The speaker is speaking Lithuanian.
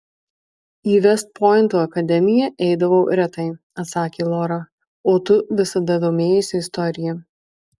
į vest pointo akademiją eidavau retai atsakė lora o tu visada domėjaisi istorija